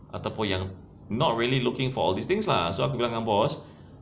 ataupun yang not really looking for all these things lah so aku bilang dengan boss